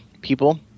people